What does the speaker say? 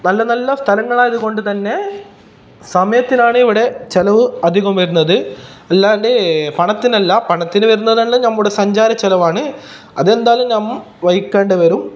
നല്ല നല്ല സ്ഥലങ്ങളായതു കൊണ്ട് തന്നെ സമയത്തിനാണ് ഇവിടെ ചിലവ് അധികവും വരുന്നത് അല്ലാണ്ട് പണത്തിനല്ല പണത്തിന് വരുന്നതാണല്ലൊ നമ്മുടെ സഞ്ചാര ചിലവാണ് അതെന്തായാലും നാം വഹിക്കേണ്ടി വരും